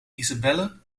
isabelle